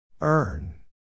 Earn